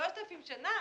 3,000 שנים.